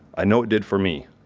i know it did for me.